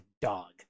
dog